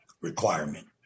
requirement